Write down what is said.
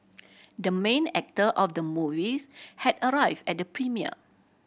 the main actor of the movies had arrived at the premiere